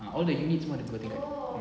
ah all the units semua ada dua tingkat